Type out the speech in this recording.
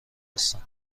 هستند